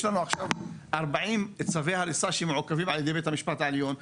יש לנו עכשיו 40 צווי הריסה שמעוכבים על ידי בית המשפט העליון,